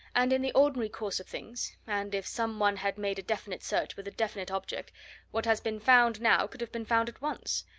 and in the ordinary course of things and if some one had made a definite search with a definite object what has been found now could have been found at once.